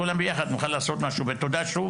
כולם ביחד נוכל לעשות משהו ותודה שוב,